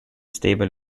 stable